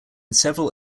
several